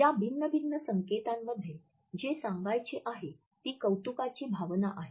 या भिन्न भिन्न संकेतांमध्ये जे सांगायचे आहे ती कौतुकाची भावना आहे